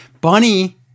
Bunny